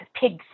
pigs